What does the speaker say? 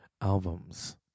albums